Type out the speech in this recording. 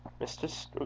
Mr